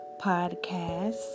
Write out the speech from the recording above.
podcast